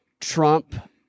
Trump